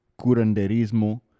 curanderismo